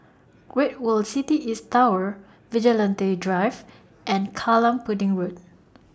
Great World City East Tower Vigilante Drive and Kallang Pudding Road